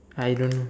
I don't know